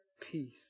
Peace